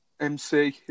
MC